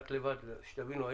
שתבינו,